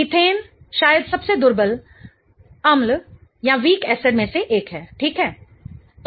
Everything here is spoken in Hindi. मीथेन शायद सबसे दुर्बल एसिड अम्ल में से एक है ठीक है